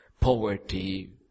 poverty